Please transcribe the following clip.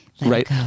Right